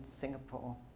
Singapore